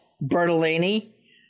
Bertolini